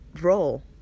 role